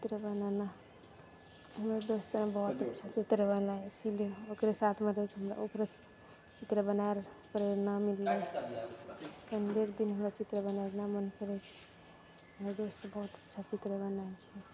चित्र बनाना हमर दोस्त सब बहुत अच्छा चित्र बनाबय छै इसीलिये हम ओकरे साथमे बनबय छियै ओकरेसँ चित्र बनाबयके प्रेरणा मिललइ संडेके दिन हमरा चित्र बनाबयके मन करय छै हबयर दोस्त बहुत अच्छा चित्र बनाए छै